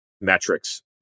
metrics